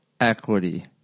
Equity